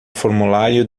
formulário